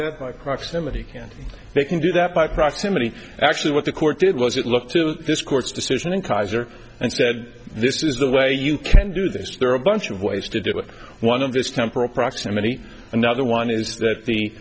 that by proximity and they can do that by proximity actually what the court did was it looked to this court's decision in kaiser and said this is the way you can do this there are a bunch of ways to do with one of this temporal proximity another one is that the